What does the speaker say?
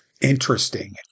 interesting